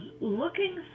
looking